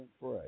pray